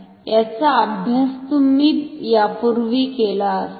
याचा अभ्यास तुम्ही यापुर्वी केला असावा